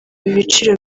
ibiciro